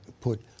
put